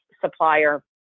supplier